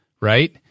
Right